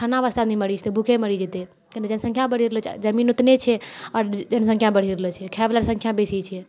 खाना वास्ते आदमी मरि जेतै भुखे मरि जेतै किआकि जनसङख्या बढ़ि रहलो छै जमीन उतने छै आओर जनसङख्या बढ़ि रहलो छै खाइ बलाके सङ्ख्या बेसी छै